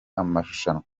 amarushanwa